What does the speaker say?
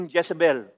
Jezebel